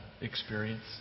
experience